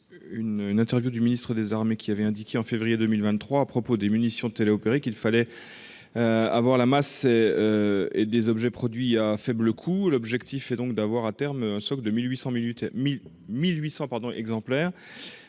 une interview du ministre des armées, qui avait indiqué en février 2023 à propos des munitions télé-opérées qu'il fallait. Avoir la masse et. Et des objets produits à faible coût. L'objectif est donc d'avoir à terme un stock de 1800 minutes.